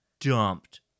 dumped